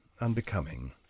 unbecoming